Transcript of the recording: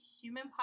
human